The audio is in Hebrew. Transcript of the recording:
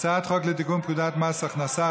הצעת חוק לתיקון פקודת מס הכנסה,